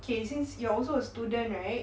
okay since you are also a student right